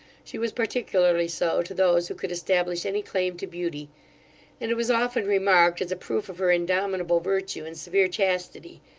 she was particularly so to those who could establish any claim to beauty and it was often remarked as a proof of her indomitable virtue and severe chastity,